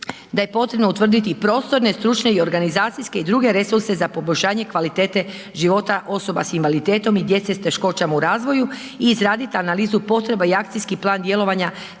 da je potrebno utvrditi prostorne, stručne i organizacijske i druge resurse za poboljšanje kvalitete života osoba sa invaliditetom i djece s teškoćama u razvoju i izraditi analizu potreba i akcijski plan djelovanja